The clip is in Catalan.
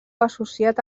associat